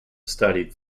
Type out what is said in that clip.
studied